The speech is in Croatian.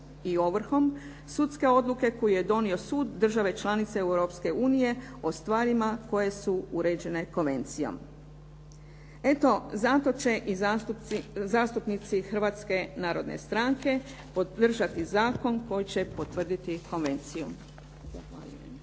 i ovrhom sudske odluke koju je donio sud države članice Europske unije o stvarima koje su uređene konvencijom. Eto zato će i zastupnici Hrvatske narodne stranke podržati zakon koji će potvrditi konvenciju.